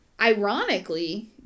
Ironically